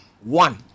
One